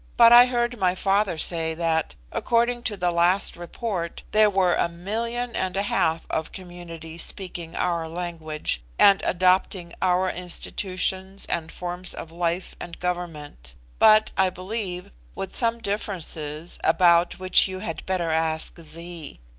but i heard my father say that, according to the last report, there were a million and a half of communities speaking our language, and adopting our institutions and forms of life and government but, i believe, with some differences, about which you had better ask zee.